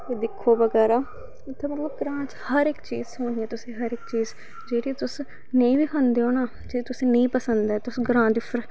दिक्खो बगैरा इत्थें मतलव ग्रांऽ च हर इक चीज थ्होनी ऐ तुसें हर इक चीज़ जेह्ड़ी तुस नेईं बी खंदे ओ ना जेह्ड़ी तुसें नेंई पसंद ऐ तुस ग्रांऽ दी